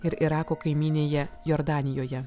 ir irako kaimynėje jordanijoje